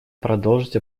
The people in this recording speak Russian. продолжить